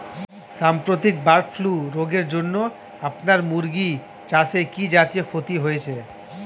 সাম্প্রতিক bird flu রোগের জন্য আপনার মুরগি চাষে কি জাতীয় ক্ষতি হয়েছে?